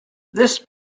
this